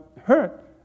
hurt